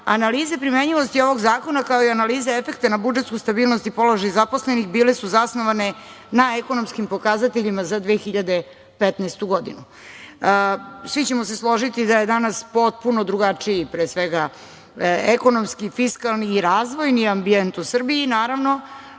analize primenjivosti ovog zakona, kao i analiza efekta na budžetsku stabilnost i položaj zaposlenih bile su zasnovana na ekonomskim pokazateljima za 2015. godinu. Svi ćemo se složiti da je danas potpuno drugačiji pre svega ekonomski, fiskalni i razvojni ambijent u Srbiji, naravno,